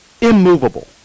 immovable